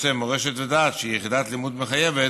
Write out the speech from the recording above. בנושא מורשת ודת, שהיא יחידת לימוד מחייבת,